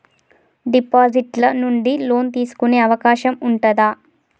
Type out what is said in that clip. Deposit ల నుండి loan తీసుకునే అవకాశం ఉంటదా?